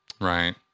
Right